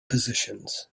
positions